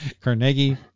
Carnegie